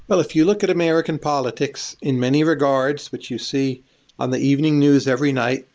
but if you look at american politics, in many regards, which you see on the evening news every night,